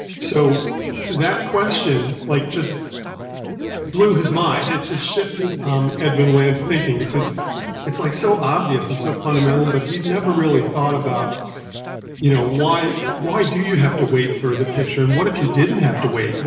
so that question like just blew his mind. it just shifted um edwin land's thinking because it's like so obvious and so fundamental, but he'd never really thought about you know why why do you have to wait for the picture and what if you didn't have to wait?